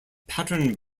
pattern